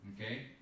Okay